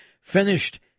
finished